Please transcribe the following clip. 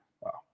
Wow